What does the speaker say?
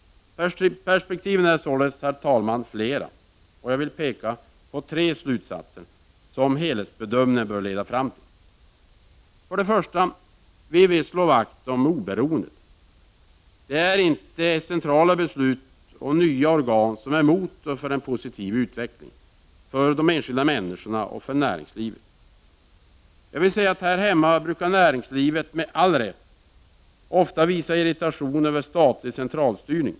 Perspektiven är således flera, herr talman, och jag vill peka på tre slutsatser, som en helhetsbedömning bör leda fram till. För det första: Vi vill slå vakt om oberoendet. Det är inte centrala beslut och nya statliga organ som är motorn för en positiv utveckling för de enskilda människorna och för näringslivet. Här hemma brukar näringslivet, med all rätt, ofta visa irritation över statlig centralstyrning.